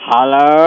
Hello